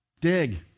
dig